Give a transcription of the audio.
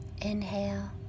Inhale